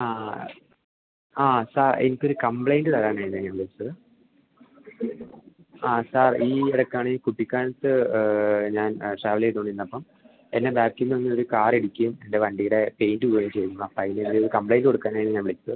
ആ ആ സാർ എനിക്കൊരു കംപ്ലെയിന്റ് തരാനായിരുന്നു ഞാൻ വിളിച്ചത് ആ സാർ ഈ ഇടയ്ക്കാണ് ഈ കുട്ടിക്കാനത്ത് ഞാൻ ട്രാവൽ ചെയ്തുകൊണ്ടിരുന്നപ്പം എന്നെ ബാക്കിൽ നിന്നൊരു കാറിടിക്കുകയും എൻ്റെ വണ്ടിയുടെ പെയിൻ്റ് പോവുകയും ചെയ്തിരുന്നു ആപ്പോൾ അതിനൊരു കംപ്ലെയിൻ്റ് കൊടുക്കാനാണ് ഞാൻ വിളിച്ചത്